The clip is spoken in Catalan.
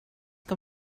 que